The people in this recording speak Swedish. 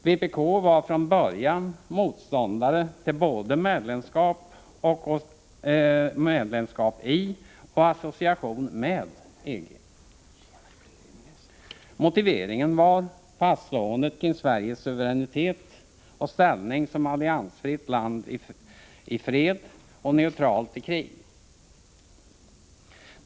Vpk var från början motståndare till både medlemskap i och association med EG. Motiveringen var vaktslåendet kring Sveriges suveränitet och ställning som alliansfritt land i fred och neutralt vid krig.